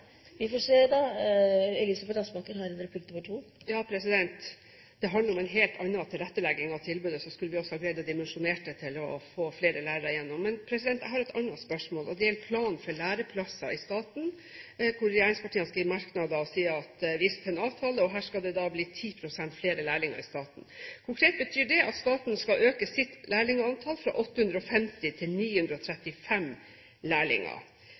helt annen tilrettelegging av tilbudet – da skulle vi ha klart å dimensjonere det til å få flere lærere gjennom. Jeg har et annet spørsmål, og det gjelder planene for læreplasser i staten, hvor regjeringspartiene i sine merknader sier at de viser til en avtale, og at det skal bli 10 pst. flere lærlinger i staten. Konkret betyr det at staten skal øke sitt lærlingantall fra 850 til 935 lærlinger.